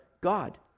God